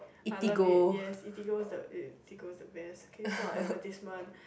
I love it yes Eatigo is the Eatigo is the best okay it's not a advertisement